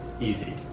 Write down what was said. Easy